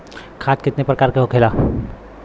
खाद कितने प्रकार के होखेला?